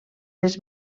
les